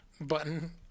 button